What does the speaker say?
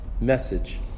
message